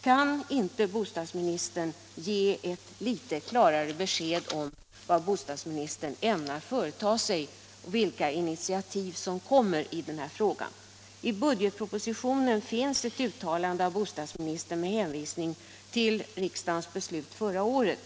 Kan inte bostadsministern ge ett något klarare besked om vad bostadsministern ämnar företa sig, vilka initiativ som kommer i denna fråga? I budgetpropositionen finns ett uttalande av bostadsministern med hänvisning till riksdagens beslut förra året.